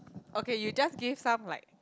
okay you just give some like